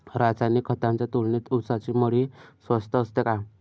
रासायनिक खतांच्या तुलनेत ऊसाची मळी स्वस्त असते का?